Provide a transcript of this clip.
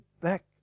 back